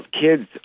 kids